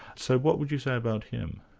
so what would you say about him?